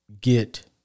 get